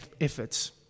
efforts